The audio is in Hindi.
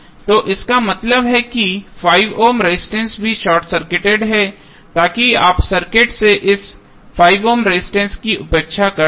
तो इसका मतलब है कि 5 ओम रेजिस्टेंस भी शार्ट सर्किटेड है ताकि आप सर्किट से इस 5 ओम रेजिस्टेंस की उपेक्षा कर सकें